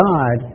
God